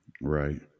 Right